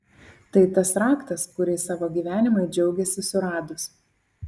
tai tas raktas kurį savo gyvenimui džiaugėsi suradus